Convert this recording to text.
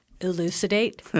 elucidate